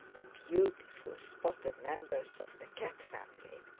the beautiful spotted members of the cat family.